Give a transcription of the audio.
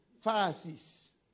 Pharisees